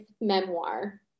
memoir